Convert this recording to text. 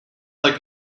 like